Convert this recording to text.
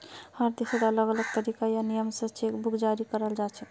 हर देशत अलग अलग तरीका या नियम स चेक बुक जारी कराल जाछेक